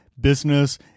business